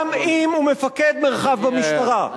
גם אם הוא מפקד מרחב במשטרה.